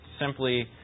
simply